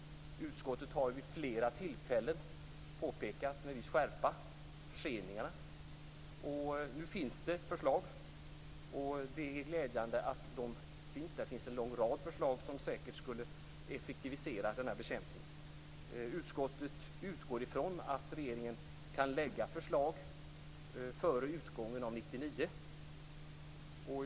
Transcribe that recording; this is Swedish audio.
Utskottet har vid flera tillfällen med viss skärpa påtalat förseningarna. Nu finns det förslag, och det är glädjande. Det finns en lång rad förslag, som säkert skulle effektivisera bekämpningen. Utskottet utgår från att regeringen kan lägga fram förslag före utgången av 1999.